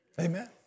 Amen